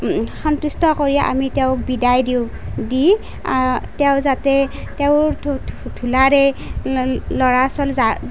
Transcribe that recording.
সন্তুষ্ট কৰি আমি তেওঁক বিদায় দিওঁ দি তেওঁ যাতে তেওঁৰ ধূলাৰে ল'ৰা ছোৱালী